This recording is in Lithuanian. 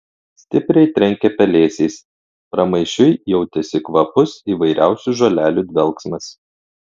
stipriai trenkė pelėsiais pramaišiui jautėsi kvapus įvairiausių žolelių dvelksmas